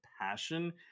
passion